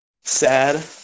Sad